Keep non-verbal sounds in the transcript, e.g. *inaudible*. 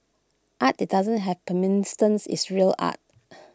art that doesn't have permanence is real art *noise*